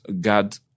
God